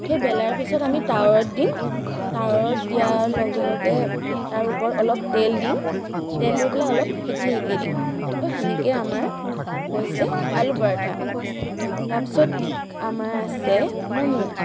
সেই বেলাৰ পিছত আমি টাৱাত দিম টাৱাত দিয়া লগে লগে তাৰ ওপৰত অলপ তেল দিম তেল দি পেলাই অলপ সেকি সেকি দিম তো সেনেকৈয়ে আমাৰ হৈছে আলু পৰাঠা তাৰপিছত আমাৰ আছে মমো